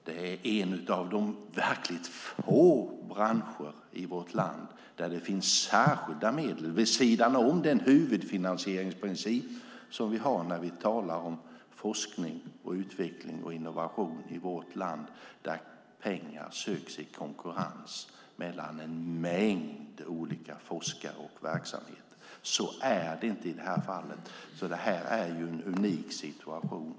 Det är en av de verkligt få branscher i vårt land där det finns särskilda medel vid sidan om den huvudfinansieringsprincip som vi har när vi talar om forskning, utveckling och innovation i vårt land där pengar söks i konkurrens mellan en mängd olika forskare och verksamheter. Så är det inte i detta fall. Detta är därför en unik situation.